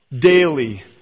daily